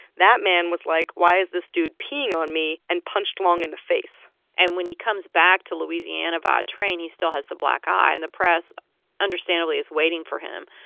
that man was like, why is this dude peeing on me? and punched long in the face and when he comes back to louisiana via train, he still has the black eye. and the press understandably is waiting for him,